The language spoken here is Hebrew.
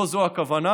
לא זו הכוונה,